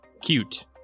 Cute